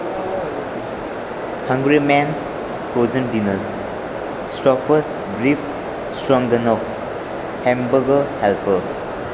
hungry men frozen dinners staffers brief strong than of hamburger help